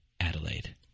Adelaide